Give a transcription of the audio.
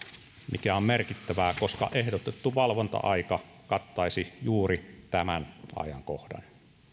mikä on merkittävää koska ehdotettu valvonta aika kattaisi juuri tämän ajankohdan